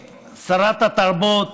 גברתי שרת התרבות,